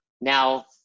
Now